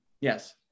Yes